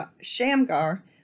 Shamgar